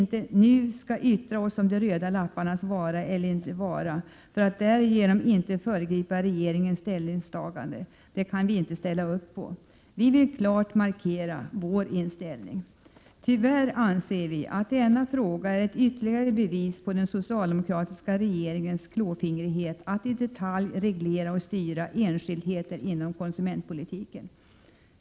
1987/88:124 om de röda lapparnas vara eller inte vara för att därigenom undvika att 20 maj 1988 föregripa regeringens ställningstagande kan vi inte ställa upp på. Vi vill klart markera vår inställning. Vi anser att denna fråga tyvärr är ett ytterligare bevis på den socialdemokratiska regeringens klåfingrighet att i detalj reglera och styra enskildheter inom konsumentpolitiken.